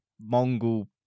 Mongol